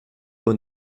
aux